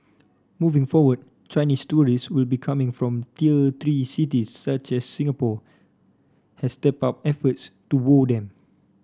moving forward Chinese tourist will be coming from tier three cities such as Singapore has stepped up efforts to woo them